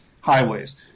highways